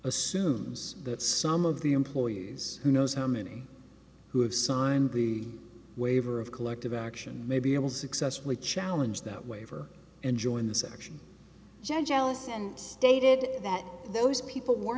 assumes that some of the employees who knows how many who have signed the waiver of collective action may be able to successfully challenge that waiver and join section judge ellis and stated that those people were